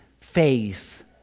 faith